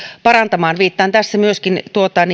parantamaan viittaan tässä myöskin